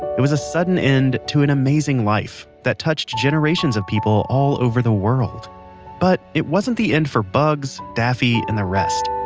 it was a sudden end to an amazing life that touched generations of people all over the world but it wasn't the end for bugs, daffy, and the rest.